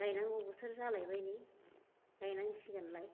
गायनांगौ बोथोर जालायबाय नै गायनांसिगोनलाय